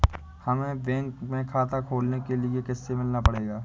हमे बैंक में खाता खोलने के लिए किससे मिलना पड़ेगा?